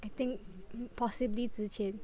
I think possibly 值钱